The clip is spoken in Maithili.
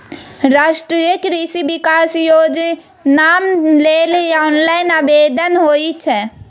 राष्ट्रीय कृषि विकास योजनाम लेल ऑनलाइन आवेदन होए छै